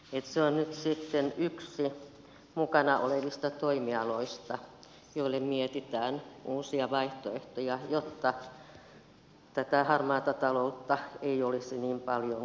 se on nyt sitten yksi mukana olevista toimialoista joille mietitään uusia vaihtoehtoja jotta tätä harmaata taloutta ei olisi niin paljon kuin nyt on